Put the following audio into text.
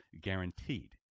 guaranteed